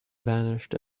vanished